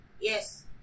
yes